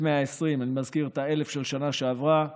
אני מזכיר את ה-1,000 של שנה שעברה,